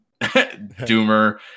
Doomer